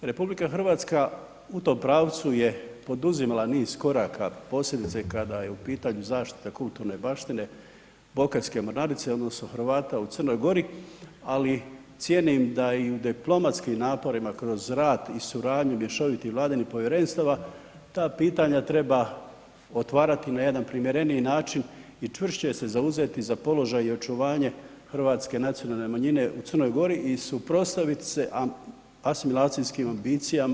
RH u tom pravcu je poduzimala niz koraka posebice kada je u pitanju zaštita kulturne baštine Bokeljske mornarice odnosno Hrvata u Crnoj Gori, ali cijenim da i u diplomatskim naporima kroz radi i suradnju mješovitih vladinih povjerenstava ta pitanja treba otvarati na jedan primjereniji način i čvršće se zauzeti za položaj i očuvanje hrvatske nacionalne manjine u Crnoj Gori i suprotstaviti se asimilacijskim ambicijama većinskih naroda.